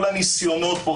כל הניסיונות פה,